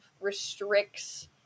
restricts